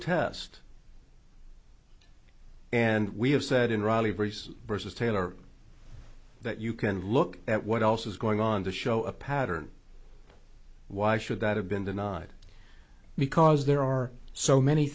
test and we have said in raw leverages versus taylor that you can look at what else is going on to show a pattern why should that have been denied because there are so many